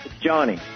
Johnny